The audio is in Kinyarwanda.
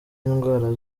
indwara